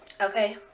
okay